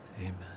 Amen